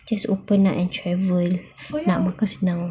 just open up and travel nak makan senang